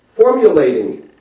formulating